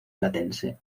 platense